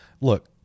look